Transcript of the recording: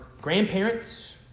grandparents